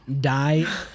Die